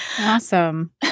Awesome